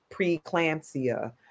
preeclampsia